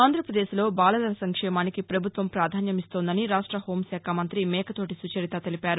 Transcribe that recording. ఆంధ్రప్రదేశ్లో బాలల సంక్షేమానికి ప్రభుత్వం ప్రాధాన్యమిస్తోందని రాష్ట హోంశాఖ మంత్రి మేకతోటి సుచరిత తెలిపారు